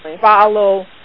follow